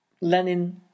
Lenin